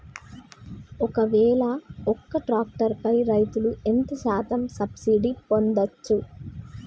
ఒక్కవేల ఒక్క ట్రాక్టర్ పై రైతులు ఎంత శాతం సబ్సిడీ పొందచ్చు?